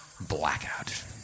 Blackout